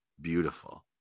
beautiful